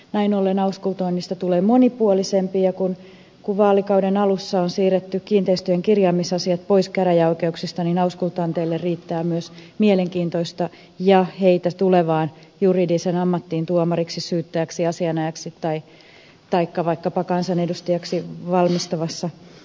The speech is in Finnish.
näin ollen auskultoinnista tulee monipuolisempi ja kun vaalikauden alussa on siirretty kiinteistöjen kirjaamisasiat pois käräjäoikeuksista niin auskultanteille riittää myös mielenkiintoista ja heitä tulevaan juridiseen ammattiin tuomariksi syyttäjäksi asianajajaksi taikka vaikkapa kansanedustajaksi valmistavaa toimintaa